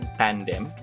tandem